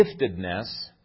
giftedness